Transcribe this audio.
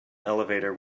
elevator